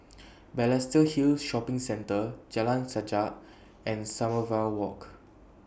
Balestier Hill Shopping Centre Jalan Sajak and Sommerville Walk